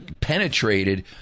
penetrated